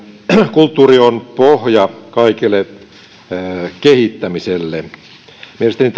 kulttuuri on pohja kaikelle kehittämiselle mielestäni